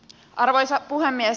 arvoisa puhemies